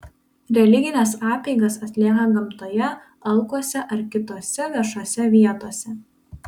religines apeigas atlieka gamtoje alkuose ar kitose viešose vietose